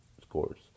scores